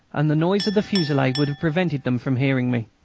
and the noise of the fusillade would have prevented them from hearing me.